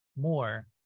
more